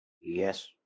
Yes